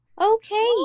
Okay